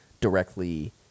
directly